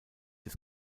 des